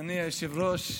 אדוני היושב-ראש,